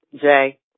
Jay